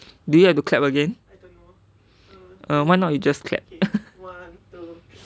do you have to clap again err why not you just clap